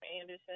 Anderson